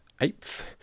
eighth